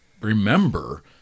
remember